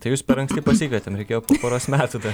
tai jus per anksti pasikvietėm reikėjo poros metų